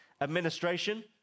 Administration